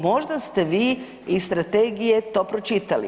Možda ste vi iz strategije to pročitali.